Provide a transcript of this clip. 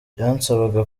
byansabaga